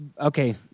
okay